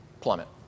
plummet